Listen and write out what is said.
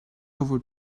over